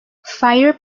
fire